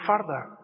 further